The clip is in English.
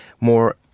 more